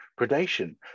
predation